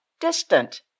distant